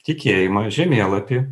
tikėjimą žemėlapį